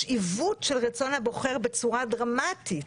יש עיוות של רצון הבוחר בצורה דרמטית